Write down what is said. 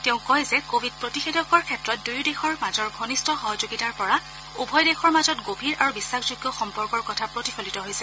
তেওঁ কয় যে কোৱিড প্ৰতিষেধকৰ ক্ষেত্ৰত দুয়োদেশৰ মাজৰ ঘনিষ্ঠ সহযোগিতাৰ পৰা উভয় দেশৰ মাজত গভীৰ আৰু বিশ্বাসযোগ্য সম্পৰ্কৰ কথা প্ৰতিফলিত হৈছে